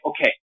okay